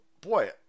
boy